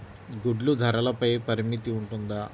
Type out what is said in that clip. గుడ్లు ధరల పై పరిమితి ఉంటుందా?